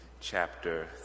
chapter